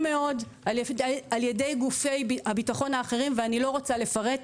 מאוד על ידי גופי הביטחון האחרים ואני לא רוצה לפרט,